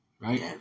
right